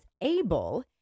able